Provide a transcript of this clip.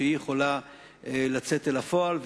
שהיא יכולה לצאת אל הפועל.